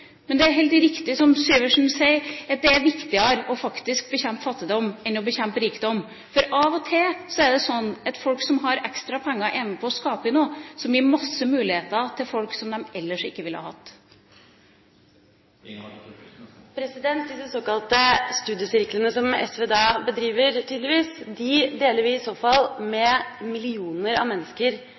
Men det er helt riktig som Syversen sier, at det er viktigere å bekjempe fattigdom enn å bekjempe rikdom. For av og til er det sånn at folk som har ekstra penger, er med på å skape noe som gir masse muligheter til folk som de ellers ikke ville hatt. Disse såkalte studiesirklene som SV tydeligvis bedriver, deler vi i så fall med millioner av mennesker